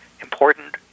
important